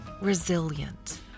Resilient